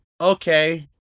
Okay